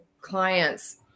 clients